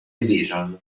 division